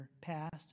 past